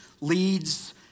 leads